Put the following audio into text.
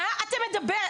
על מה אתה מדבר?